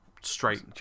straight